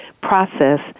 process